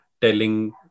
telling